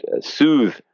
soothe